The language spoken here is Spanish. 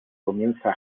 comienza